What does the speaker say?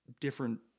different